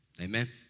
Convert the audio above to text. Amen